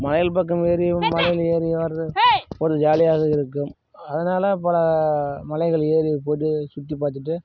மலைகள் பக்கம் ஏறி மலையில் ஏறி வரது ஒரு ஜாலியாக இருக்கும் அதனால் பல மலைகள் ஏறி போயிட்டு சுற்றி பார்த்துட்டு